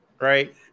Right